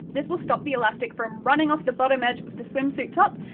this will stop the elastic from running off the bottom edge of the swimsuit top,